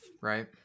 right